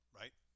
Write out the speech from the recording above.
right